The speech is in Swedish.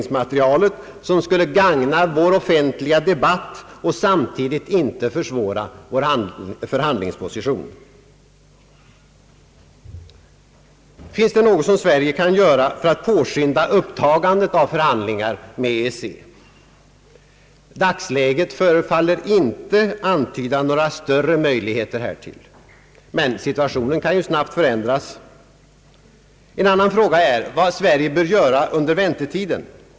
som skulle gagna vår offentliga debatt och samtidigt inte försvåra vår förhandlingsposition? Finns det något som Sverige kan göra för att påskynda upptagandet av förhandlingar med EEC? Dagsläget förefaller inte antyda några större möjligheter härtill. Men situationen kan ju snabbt förändras. En annan fråga är vad Sverige bör göra under väntetiden.